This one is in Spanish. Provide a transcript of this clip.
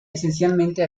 esencialmente